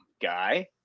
guy